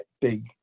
big